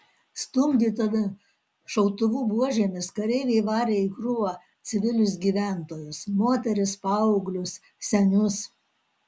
stumdydami šautuvų buožėmis kareiviai varė į krūvą civilius gyventojus moteris paauglius senius